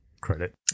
credit